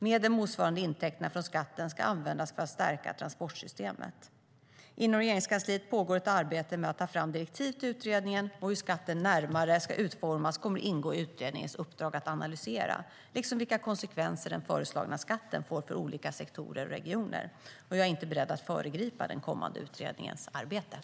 Medel motsvarande intäkterna från skatten ska användas för att stärka transportsystemet.